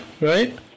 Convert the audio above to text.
right